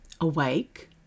awake